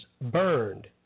burned